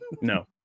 No